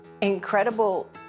incredible